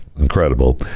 incredible